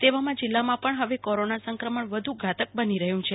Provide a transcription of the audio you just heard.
તેવામાં જિલ્લામાં પણ ફવે કોરોના સંક્રમણ વધુ ઘાતક બની રહ્યુ છે